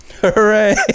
Hooray